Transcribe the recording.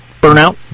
burnout